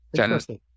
Interesting